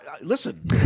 Listen